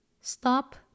Stop